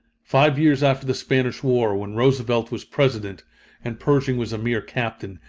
five years after the spanish war, when roosevelt was president and pershing was a mere captain,